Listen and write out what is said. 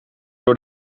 door